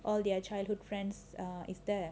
all their childhood friends err is there